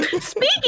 Speaking